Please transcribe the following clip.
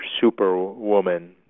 Superwoman